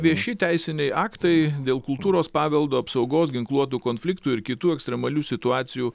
vieši teisiniai aktai dėl kultūros paveldo apsaugos ginkluotų konfliktų ir kitų ekstremalių situacijų